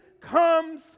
comes